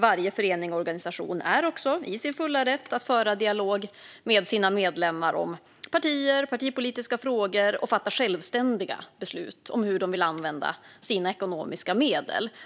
Varje förening eller organisation är också i sin fulla rätt att föra en dialog med sina medlemmar om partier och partipolitiska frågor och att fatta självständiga beslut om hur de vill använda sina ekonomiska medel.